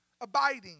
abiding